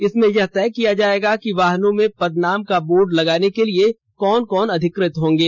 इसमें यह तय किया जाएगा कि वाहनों में पदनाम का बोर्ड लगाने के लिए कौन कौन अधिकृत होंगे